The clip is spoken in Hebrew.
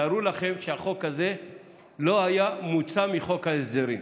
תארו לכם שהחוק הזה לא היה מוצא מחוק ההסדרים,